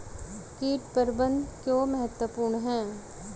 कीट प्रबंधन क्यों महत्वपूर्ण है?